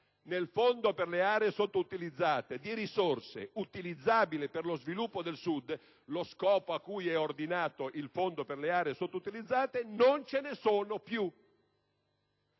nel Fondo per le aree sottoutilizzate di risorse utilizzabili per lo sviluppo del Sud - lo scopo cui è ordinato il Fondo per le aree sottoutilizzate - non ce ne sono più.